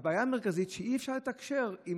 הבעיה המרכזית היא שאי-אפשר לתקשר עם